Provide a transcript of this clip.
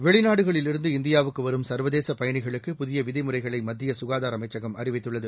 வெளிநாடுகளிலிருந்து இந்தியாவுக்கு வரும் சர்வதேச பயணிகளுக்கு புதிய விதிமுறைகளை மத்திய கனதார அமைச்சகம் அறிவித்துள்ளது